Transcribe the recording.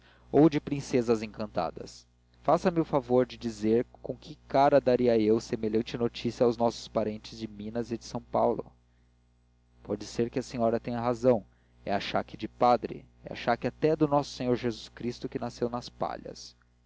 ou de princesas encantadas faça-me o favor de dizer com que cara daria eu semelhante notícia aos nossos parentes de minas e de s paulo pode ser que a senhora tenha razão é achaque de padre é achaque até de nosso senhor jesus cristo que nasceu nas palhas